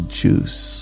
juice